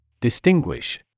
Distinguish